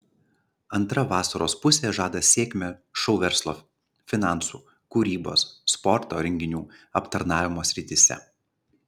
antra vasaros pusė žada sėkmę šou verslo finansų kūrybos sporto renginių aptarnavimo srityse